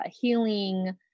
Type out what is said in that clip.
healing